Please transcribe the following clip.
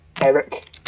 Eric